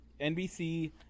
NBC